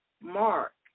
Mark